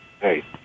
Hey